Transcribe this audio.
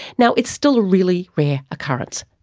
now, it's still a really rare occurrence,